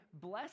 bless